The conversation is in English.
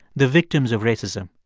the victims of racism.